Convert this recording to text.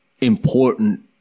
important